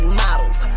models